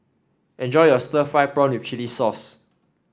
enjoy your Stir Fried Prawn with Chili Sauce